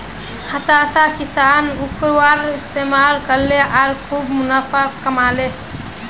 हताश किसान उर्वरकेर इस्तमाल करले आर खूब मुनाफ़ा कमा ले